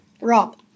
Rob